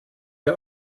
ihr